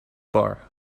bar